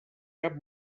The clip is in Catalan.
cap